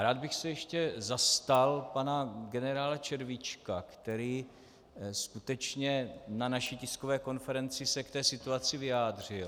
Rád bych se ještě zastal pana generála Červíčka, který skutečně na naší tiskové konferenci se k té situaci vyjádřil.